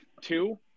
two